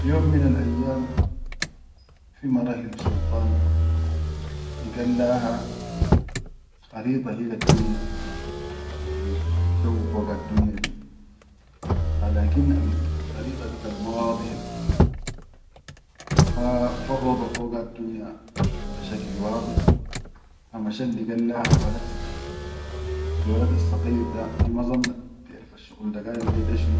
Fi yom minal ayyam fi mara hi sultan ligat laha kharide hiladdunya al bisawwu fogaddunya di, ha lakin alkharida dikan ma wadihe, ma farrado fogaddunya be shakil wadih, ha mashat ligat laha walad alwalad assaqayyir da hi ma zannat biʼerfasshuqul da ha galad le.